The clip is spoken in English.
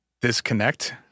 disconnect